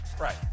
Right